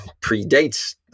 predates